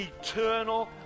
eternal